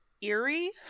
eerie